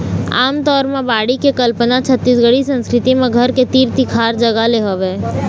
आमतौर म बाड़ी के कल्पना छत्तीसगढ़ी संस्कृति म घर के तीर तिखार जगा ले हवय